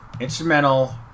Instrumental